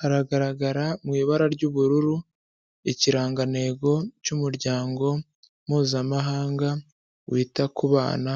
Haragaragara mu ibara ry'ubururu ikirangantego cy'umuryango mpuzamahanga wita ku bana